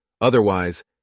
Otherwise